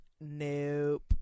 Nope